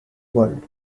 world